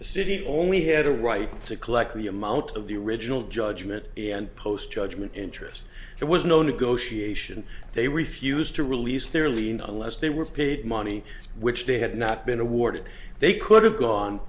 improve city only had a right to collect the amount of the original judgment and post judgment interest there was no negotiation they refused to release their lien unless they were paid money which they had not been awarded they could have gone